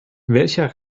welcher